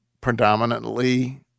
predominantly